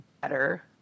better